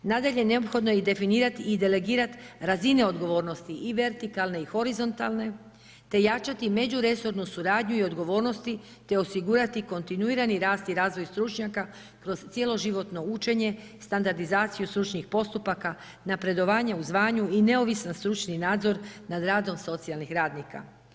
Nadalje, neophodno je i definirati i delegirat razine odgovornosti i vertikalne i horizontalne te jačati međuresornu suradnju i odgovornosti te osigurati kontinuirani rast i razvoj stručnjaka kroz cjeloživotno učenje, standardizaciju stručnih postupaka, napredovanje u zvanju i neovisni stručni nadzor nad radom socijalnih radnika.